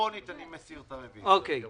אנחנו